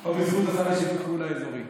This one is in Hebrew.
או בזכות השר לשיתוף פעולה אזורי?